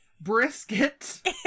Brisket